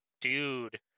dude